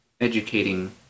educating